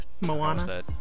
moana